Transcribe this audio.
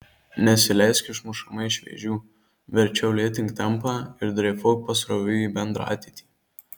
nesileisk išmušama iš vėžių verčiau lėtink tempą ir dreifuok pasroviui į bendrą ateitį